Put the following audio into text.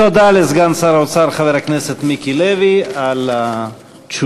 תודה לסגן שר האוצר חבר הכנסת מיקי לוי על התשובות,